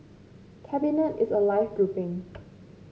cabinet is a live grouping